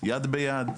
יד ביד,